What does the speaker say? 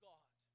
God